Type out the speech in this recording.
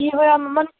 ਕੀ ਹੋਇਆ ਮੰਮਾ ਨੂੰ